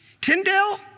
Tyndale